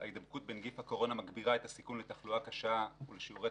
ההידבקות בנגיף הקורונה מגבירה את הסיכון לתחלואה קשה ולשיעורי